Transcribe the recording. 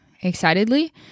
excitedly